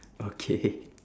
okay